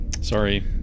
Sorry